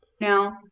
now